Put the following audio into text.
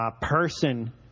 person